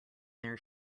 there